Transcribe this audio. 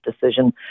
decision